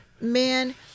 Man